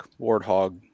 Warthog